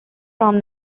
from